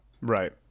Right